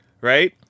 right